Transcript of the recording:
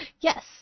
Yes